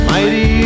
Mighty